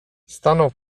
stanął